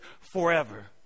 forever